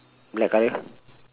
black colour